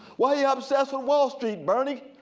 why you obsessed with wall street, bernie?